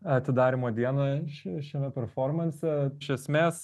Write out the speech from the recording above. atidarymo dieną še šiame performanse iš esmės